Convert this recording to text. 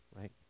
right